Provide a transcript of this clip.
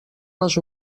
les